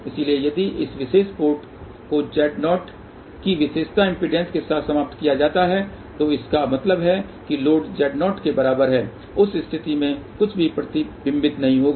इसलिए यदि इस विशेष पोर्ट को Z0 की विशेषता इम्पीडेन्स के साथ समाप्त किया जाता है तो इसका मतलब है कि लोड Z0 के बराबर है उस स्थिति में कुछ भी प्रतिबिंबित नहीं होगा